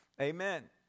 Amen